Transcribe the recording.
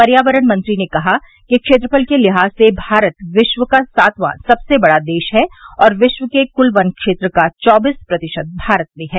पर्यावरण मंत्री ने कहा कि क्षेत्रफल के लिहाज से भारत विश्व का सातवां सबसे बड़ा देश है और विश्व के कुल वनक्षेत्र का चौबीस प्रतिशत भारत में हैं